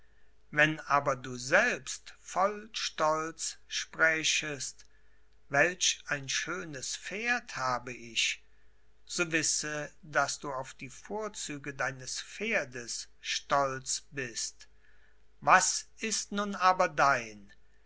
wenn aber du selbst voll stolz sprächest welch ein schönes pferd habe ich so wisse daß du auf die vorzüge deines pferdes stolz bist was ist nun aber dein